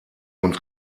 uns